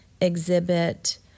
exhibit